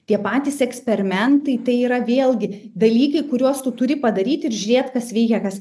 tie patys eksperimentai tai yra vėlgi dalykai kuriuos tu turi padaryti ir žiūrėt kas veikia kas